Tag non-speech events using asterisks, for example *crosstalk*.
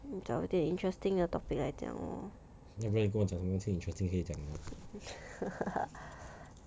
你找点 interesting topic 来讲 lor *laughs*